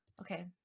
Okay